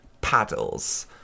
paddles